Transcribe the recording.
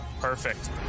perfect